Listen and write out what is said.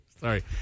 Sorry